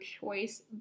choice